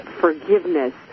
forgiveness